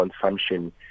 consumption